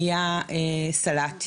נהיה סלט.